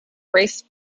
grace